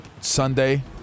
Sunday